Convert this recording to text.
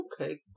Okay